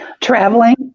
Traveling